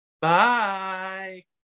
Bye